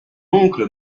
oncle